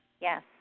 Yes